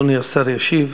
אדוני השר ישיב.